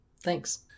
thanks